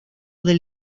del